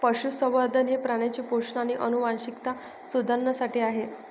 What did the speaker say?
पशुसंवर्धन हे प्राण्यांचे पोषण आणि आनुवंशिकता सुधारण्यासाठी आहे